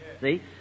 See